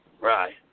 Right